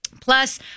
Plus